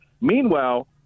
Meanwhile